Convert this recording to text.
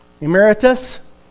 emeritus